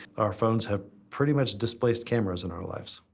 our phones have pretty much displaced cameras in our lives.